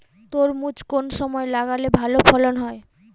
তরমুজ কোন সময় লাগালে ভালো ফলন হয়?